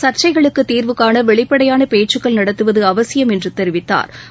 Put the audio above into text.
சா்ச்சைகளுக்குதீர்வுகாணவெளிப்படையானபேச்சுக்கள் நடத்துவதுஅவசியம் என்றுதெரிவித்தாா்